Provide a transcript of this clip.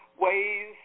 ways